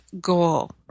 goal